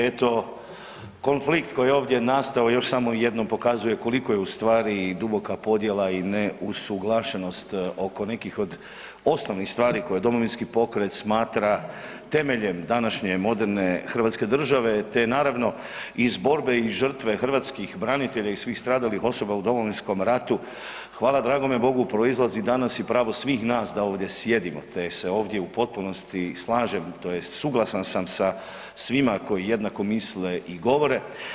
Eto konflikt koji je ovdje nastao još samo jednom pokazuje koliko je u stvari i duboka podjela i ne usuglašenost oko nekih od osnovnih stvari koje Domovinski pokret smatra temeljem današnje moderne hrvatske države, te naravno iz borbe i žrtve hrvatskih branitelja i svih stradalih osoba u Domovinskom ratu, hvala dragome Bogu, proizlazi danas i pravo svih nas da ovdje sjedimo, te se ovdje u potpunosti slažem tj. suglasan sam sa svima koji jednako misle i govore.